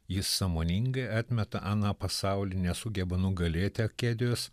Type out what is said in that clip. jis sąmoningai atmeta aną pasaulį nesugeba nugalėti akedijos